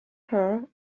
her